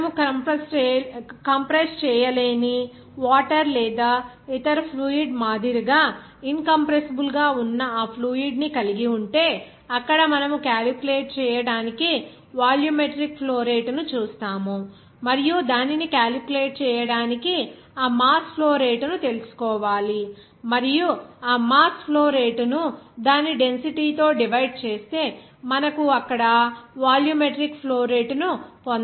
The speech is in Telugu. మనము కంప్రెస్ చేయలేని వాటర్ లేదా ఇతర ఫ్లూయిడ్ మాదిరిగా ఇన్ కంప్రెస్సిబుల్ గా ఉన్న ఫ్లూయిడ్ ని కలిగి ఉంటే అక్కడ మనము క్యాలిక్యులేట్ చేయడానికి వాల్యూమెట్రిక్ ఫ్లో రేటు ను చూస్తాము మనము దానిని క్యాలిక్యులేట్ చేయడానికి ఆ మాస్ ఫ్లో రేటు ను తెలుసుకోవాలి మరియు ఆ మాస్ ఫ్లో రేటు ను దాని డెన్సిటీ తో డివైడ్ చేస్తే మనకు అక్కడ వాల్యూమిట్రిక్ ఫ్లో రేటును పొందవచ్చు